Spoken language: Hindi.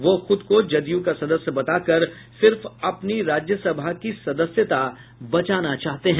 वह खुद को जदयू का सदस्य बताकर सिर्फ अपनी राज्यसभा की सदस्यता बचाना चाहते हैं